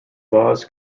laws